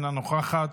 אינה נוכחת,